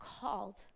called